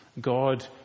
God